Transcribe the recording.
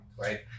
right